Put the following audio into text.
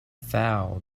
foul